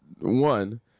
One